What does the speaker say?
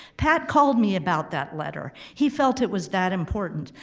pat called me about that letter. he felt it was that important.